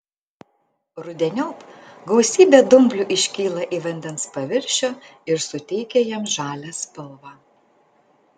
rudeniop gausybė dumblių iškyla į vandens paviršių ir suteikia jam žalią spalvą